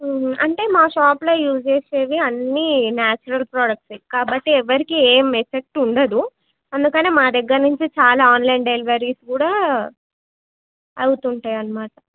అంటే మా షాప్లో యూజ్ చేసేవి అన్నీ నేచురల్ ప్రొడక్ట్సే కాబట్టి ఎవరికీ ఏం ఎఫెక్ట్ ఉండదు అందుకని మా దగ్గర నుంచి చాలా ఆన్లైన్ డెలివరీస్ కూడా అవుతుంటాయి అన్నమాట